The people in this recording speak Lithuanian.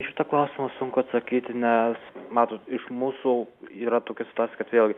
į šitą klausimą sunku atsakyti nes matot iš mūsų yra tokia situacija kad vėl gi